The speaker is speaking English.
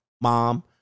mom